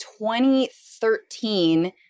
2013